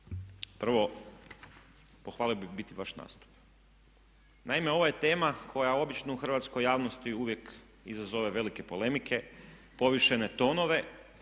prvo pohvalio bih u biti vaš nastup. Naime, ovo je tema koja obično u hrvatskoj javnosti uvijek izazove velike polemike, povišene tonove